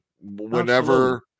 Whenever